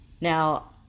Now